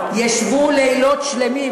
ישבו לילות שלמים.